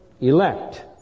elect